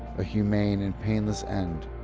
a humane and painless end,